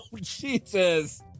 Jesus